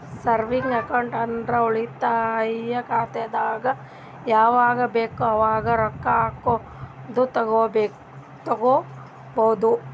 savings account ಅಂದುರ್ ಉಳಿತಾಯ ಖಾತೆದಾಗ್ ಯಾವಗ್ ಬೇಕ್ ಅವಾಗ್ ರೊಕ್ಕಾ ಹಾಕ್ಬೋದು ತೆಕ್ಕೊಬೋದು